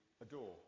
adore